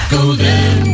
Golden